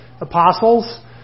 apostles